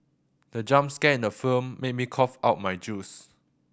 the jump scare in the film made me cough out my juice